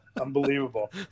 Unbelievable